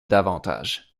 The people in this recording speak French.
davantage